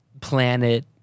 planet